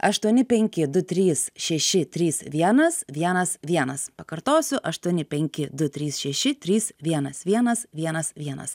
aštuoni penki du trys šeši trys vienas vienas vienas pakartosiu aštuoni penki du trys šeši trys vienas vienas vienas vienas